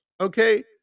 okay